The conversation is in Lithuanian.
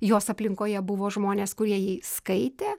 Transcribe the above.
jos aplinkoje buvo žmonės kurie jai skaitė